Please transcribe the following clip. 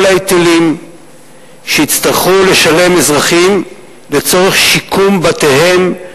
ההיטלים שיצטרכו לשלם אזרחים לצורך שיקום בתיהם,